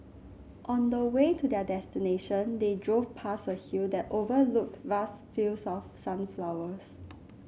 on the way to their destination they drove past a hill that overlooked vast fields of sunflowers